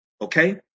okay